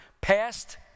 passed